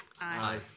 Aye